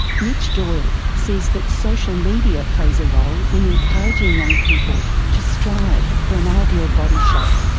mitch doyle sees that social media plays a role in encouraging young people to strive for an ideal body shape.